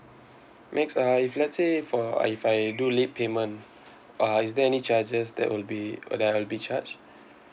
next uh if let's say for uh if I do late payment uh is there any charges that will be that I'll be charged